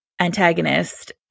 antagonist